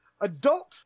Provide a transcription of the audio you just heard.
adult